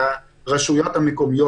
ברשויות המקומיות,